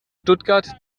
stuttgart